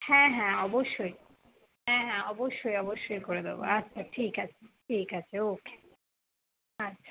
হ্যাঁ হ্যাঁ অবশ্যই হ্যাঁ হ্যাঁ অবশ্যই অবশ্যই করে দেব আচ্ছা ঠিক আছে ঠিক আছে ওকে আচ্ছা